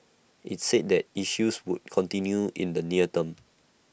IT said that issues would continue in the near term